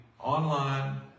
online